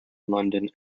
london